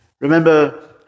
Remember